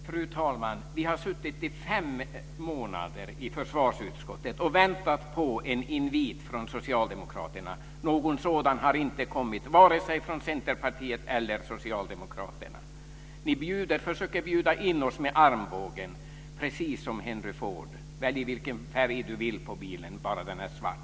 Fru talman! Vi har suttit i fem månader i försvarsutskottet och väntat på en invit från Socialdemokraterna. Någon sådan har inte kommit vare sig från Centerpartiet eller Socialdemokraterna. Ni försöker bjuda in oss med armbågen, precis som Henry Ford som sade: Välj vilken färg du vill ha på bilen bara den är svart!